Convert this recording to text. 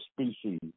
species